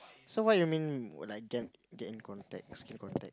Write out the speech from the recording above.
so what you mean when I can get in contacts keep contact